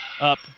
Up